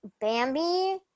Bambi